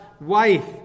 wife